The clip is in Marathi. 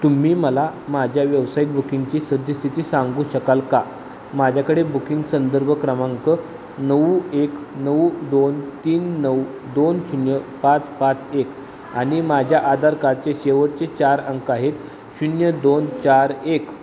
तुम्ही मला माझ्या व्यावसायिक बुकिंगची सद्यस्थिती सांगू शकाल का माझ्याकडे बुकिंग संदर्भ क्रमांक नऊ एक नऊ दोन तीन नऊ दोन शून्य पाच पाच एक आणि माझ्या आधार कार्डचे शेवटचे चार अंक आहेत शून्य दोन चार एक